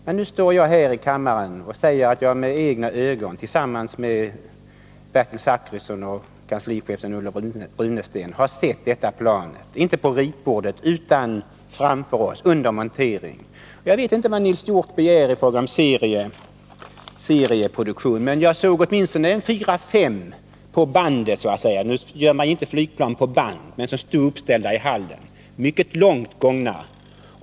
Men nu står jag här i kammaren och säger att jag med egna ögon tillsammans med Bertil Zachrisson och kanslichefen Sven-Olof Runesten har sett detta plan, inte på ritbordet utan framför mig under montering. Jag vet inte vad Nils Hjorth begär i fråga om serieproduktion, men jag såg åtminstone fyra fem plan uppställda i hallen, mycket långt gångna.